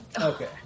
Okay